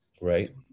Right